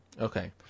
Okay